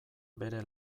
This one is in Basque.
bere